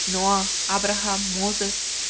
noah, abraham, moses,